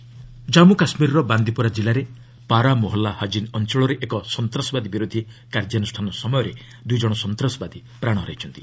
JK killed Jammu କାଶ୍ମୀରର ବାନ୍ଦିପୋରା ଜିଲ୍ଲାରେ ପାରା ମୋହାଲା ହାଜିନ୍ ଅଞ୍ଚଳରେ ଏକ ସନ୍ତାସବାଦୀ ବିରୋଧି କାର୍ଯ୍ୟାନୁଷ୍ଠାନ ସମୟରେ ଦୁଇ ଜଣ ସନ୍ତାସବାଦୀ ପ୍ରାଣ ହରାଇଛନ୍ତି